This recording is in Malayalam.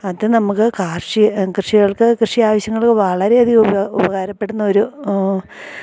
അത് നമുക്ക് കാർഷിക കൃഷികൾക്ക് കൃഷി ആവശ്യങ്ങൾക്ക് വളരെ അധികം ഉപകാരം ഉപകാരപ്പെടുന്ന ഒരു